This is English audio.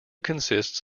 consists